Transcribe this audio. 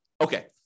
Okay